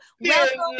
Welcome